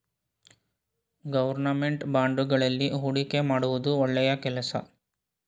government ಬಾಂಡುಗಳಲ್ಲಿ ಹೂಡಿಕೆ ಮಾಡುವುದು ಒಳ್ಳೆಯ ಕೆಲಸ